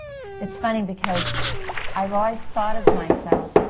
it's funny, because i've always thought of myself,